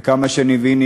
וכמה שאני מבין,